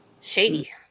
shady